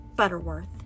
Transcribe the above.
Butterworth